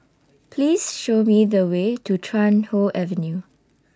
Please Show Me The Way to Chuan Hoe Avenue